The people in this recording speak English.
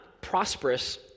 prosperous